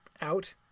out